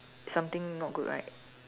something not good right